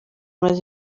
amaze